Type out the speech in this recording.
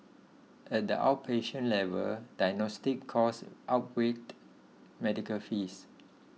at the outpatient level diagnostic costs outweighed medical fees